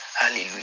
Hallelujah